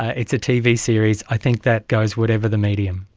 it's a tv series. i think that goes, whatever the medium.